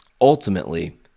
ultimately